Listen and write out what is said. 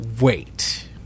wait